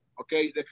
okay